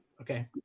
Okay